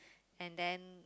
and then